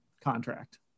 contract